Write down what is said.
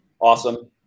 Awesome